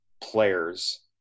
players